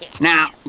Now